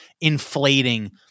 inflating